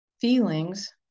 feelings